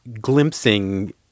glimpsing